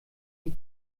die